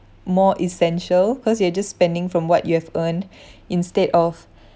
more essential cause you are just spending from what you have earned instead of